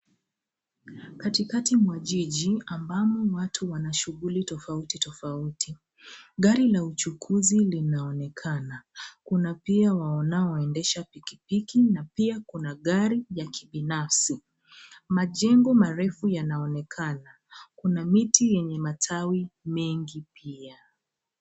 Katikati mwa jiji ambamo watu wana shughuli tofuti tofauti, gari la uchukuzi linaonekana. Kuna pia wanaoendesha pikipiki na pia kuna gari ya kibinafsi. Majengo marefu yanaonekana. Kuna miti yenye matawi mengi pia.